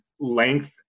length